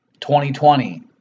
2020